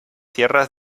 tierras